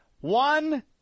One